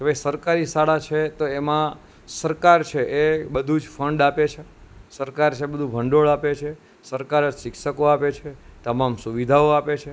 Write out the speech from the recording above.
હવે સરકારી શાળા છે તો એમાં સરકાર છે એ બધું જ ફંડ આપે છે સરકાર છે એ બધું ભંડોળ આપે છે સરકાર જ શિક્ષકો આપે છે તમામ સુવિધાઓ આપે છે